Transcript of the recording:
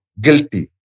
guilty